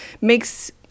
makes